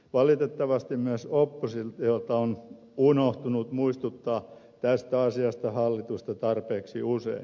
valitettavasti myös oppositiolta on unohtunut muistuttaa tästä asiasta hallitusta tarpeeksi usein